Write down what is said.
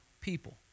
people